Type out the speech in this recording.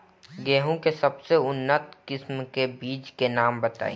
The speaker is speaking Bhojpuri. गेहूं के सबसे उन्नत किस्म के बिज के नाम बताई?